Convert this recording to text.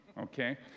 Okay